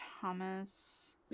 Thomas